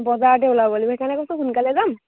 বজাৰতে ওলাব সেইকাৰে কৈছোঁ সোনকালে যাম